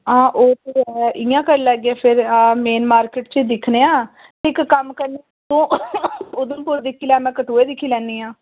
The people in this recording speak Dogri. हां ओह् ते ऐ इ'यां करी लैगे फेर आऽ मेन मार्किट च दिक्खने आं इक कम्म करने आं तूं उधमपुर दिक्खी लै मैं उधमपुर दिक्खी लैन्नी आं